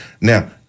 Now